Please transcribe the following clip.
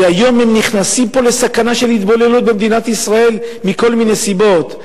והיום הם נכנסים פה לסכנה של התבוללות במדינת ישראל מכל מיני סיבות.